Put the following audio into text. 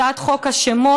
הצעת חוק השמות,